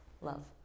love